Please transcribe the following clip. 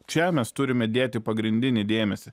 čia mes turime dėti pagrindinį dėmesį